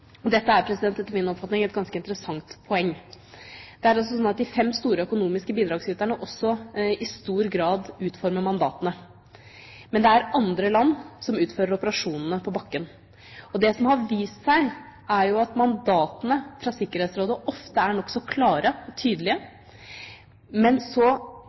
Dette er etter min oppfatning et ganske interessant poeng. Det er sånn at de fem store økonomiske bidragsyterne også i stor grad utformer mandatene. Men det er andre land som utfører operasjonene på bakken. Det som har vist seg, er at mandatene fra Sikkerhetsrådet ofte er nokså klare og tydelige, men så